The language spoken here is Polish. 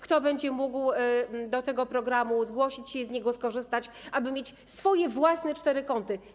Kto będzie mógł do tego programu się zgłosić i z niego i z niego skorzystać, aby mieć swoje własne cztery kąty?